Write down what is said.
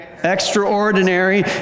extraordinary